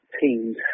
teams